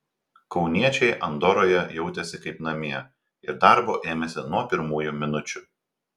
kauniečiai andoroje jautėsi kaip namie ir darbo ėmėsi nuo pirmųjų minučių